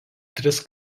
tris